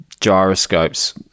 Gyroscopes